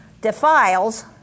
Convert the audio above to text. defiles